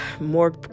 more